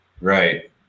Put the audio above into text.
right